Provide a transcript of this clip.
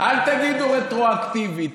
אל תגידו רטרואקטיבית,